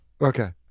Okay